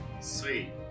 Sweet